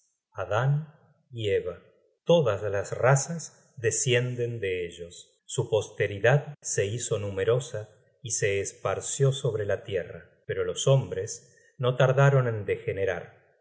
adan y eva todas las razas descienden de ellos su posteridad se hizo numerosa y se esparció sobre la tierra pero los hombres no tardaron en degenerar